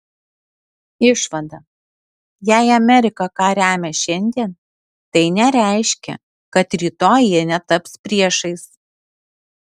išvada jei amerika ką remia šiandien tai nereiškia kad rytoj jie netaps priešais